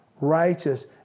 righteous